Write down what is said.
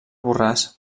borràs